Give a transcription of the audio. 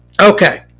Okay